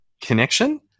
connection